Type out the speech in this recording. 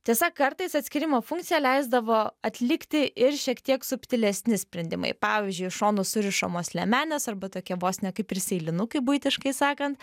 tiesa kartais atskyrimo funkciją leisdavo atlikti ir šiek tiek subtilesni sprendimai pavyzdžiui šonu surišamos liemenės arba tokie vos ne kaip ir seilinukai buitiškai sakant